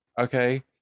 okay